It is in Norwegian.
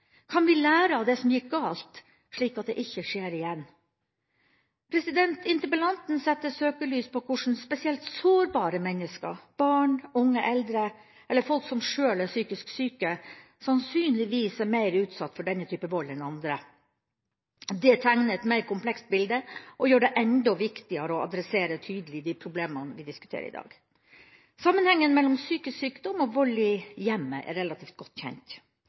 Kan vi lære av det som gikk galt, slik at det ikke skjer igjen? Interpellanten setter søkelys på hvordan spesielt sårbare mennesker – barn, unge, eldre eller folk som sjøl er psykisk syke – sannsynligvis er mer utsatt for denne type vold enn andre. Det tegner et mer komplekst bilde og gjør det enda viktigere å adressere tydelig de problemene vi diskuterer i dag. Sammenhengen mellom psykisk sykdom og vold i hjemmet er relativt godt kjent.